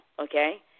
Okay